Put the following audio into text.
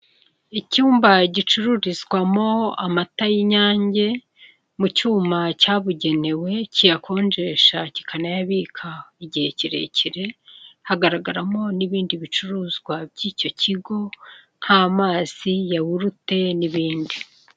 Icyumba gicururizwamo amata y'inyange, mu cyuma cyabugenewe kiyakonjesha kikanayabika igihe kirekire hagaragaramo n'ibindi bicuruzwa by'icyo kigo nk'amazi, yahurute, n'ibindi.